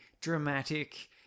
dramatic